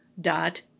dot